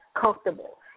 comfortable